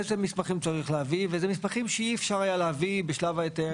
איזה מסמכים צריך להביא ואיזה מסמכים אי אפשר היה להביא בשלב ההיתר.